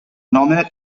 nominate